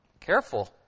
Careful